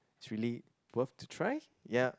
chilli both to try ya